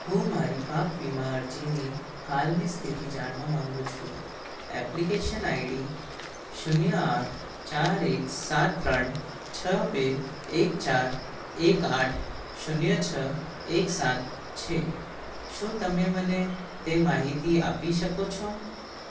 હું મારી પાક વીમા અરજીની હાલની સ્થિતિ જાણવા માંગુ છું એપ્લિકેશન આઈડી શૂન્ય આઠ ચાર એક સાત ત્રણ છ બે એક ચાર એક આઠ શૂન્ય છ એક સાત છે શું તમે મને તે માહિતી આપી શકો છો